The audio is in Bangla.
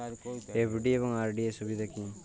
এফ.ডি এবং আর.ডি এর সুবিধা কী?